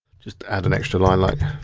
just add an extra line like,